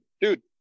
Dude